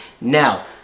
Now